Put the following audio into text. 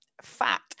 fat